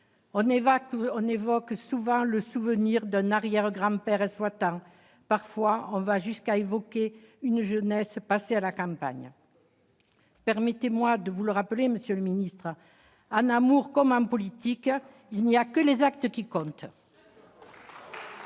On évoque souvent le souvenir d'un arrière-grand-père exploitant. Parfois, on va jusqu'à parler d'une jeunesse passée à la campagne ... Permettez-moi de vous le rappeler, monsieur le ministre, en amour comme en politique, il n'y a que les actes qui comptent